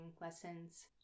lessons